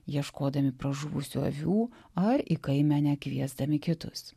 ieškodami pražuvusių avių ar į kaimenę kviesdami kitus